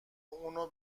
اونو